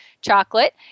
chocolate